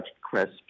crisps